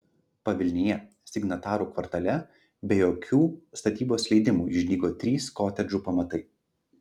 pavilnyje signatarų kvartale be jokių statybos leidimų išdygo trys kotedžų pamatai